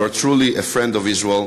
you are truly a friend of Israel,